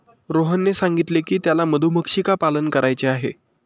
रोहनने सांगितले की त्याला मधुमक्षिका पालन करायचे आहे